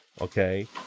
okay